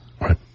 Right